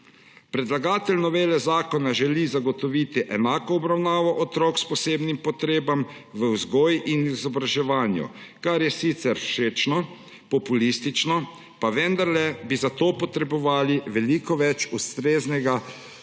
Predlagatelj novele zakona želi zagotoviti enako obravnavo otrok s posebnimi potrebami v vzgoji in izobraževanju, kar je sicer všečno, populistično, pa vendar bi za to potrebovali veliko več ustreznega